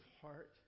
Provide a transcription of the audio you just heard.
heart